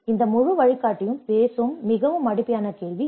இந்த முழு வழிகாட்டியும் பேசும் மிக அடிப்படையான கேள்வி இது